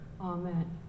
amen